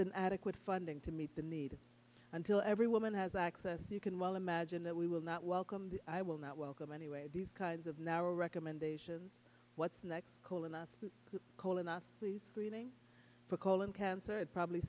an adequate funding to meet the need until every woman has access you can well imagine that we will not welcomed i will not welcome anyway these kinds of narrow recommendations what's next cold enough to call in at least screening for calling cancer it probably